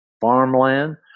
farmland